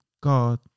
God